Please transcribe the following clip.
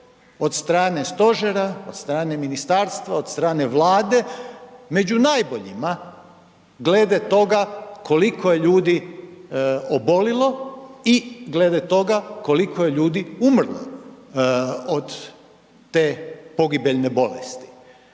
od strane stožera, od strane ministarstva, od strane Vlade, među najboljima glede toga koliko je ljudi obolilo i glede toga koliko je ljudi umrlo od te pogibeljne bolesti,